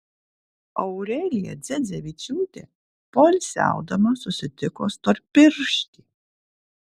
aurelija dzedzevičiūtė poilsiaudama susitiko storpirštį